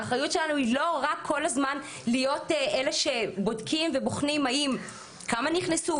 האחריות שלנו היא לא רק כל הזמן להיות אלה שבודקים ובוחנים כמה נכנסו,